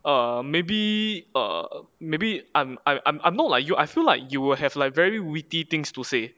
um maybe err maybe I'm I'm I'm I'm not like you I feel like you will have like very witty things to say